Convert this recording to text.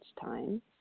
time